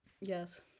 Yes